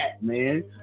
man